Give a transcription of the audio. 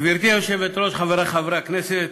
גברתי היושבת-ראש, חברי חברי הכנסת,